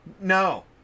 No